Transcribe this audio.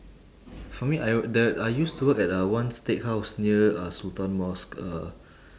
for me I the I used to work at a one steakhouse near uh sultan mosque uh